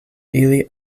ili